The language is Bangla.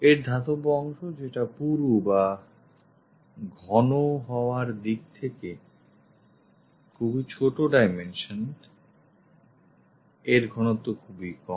এর ধাতব অংশ যেটা পুরু বা ঘন হওয়ার দিক থেকে খুবই ছোট ডাইমেনশনd এর ঘনত্ব খুবই কম